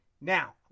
Now